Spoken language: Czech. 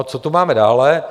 Co tu máme dále?